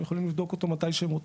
הם יכולים לבדוק אותו מתי שהם רוצים.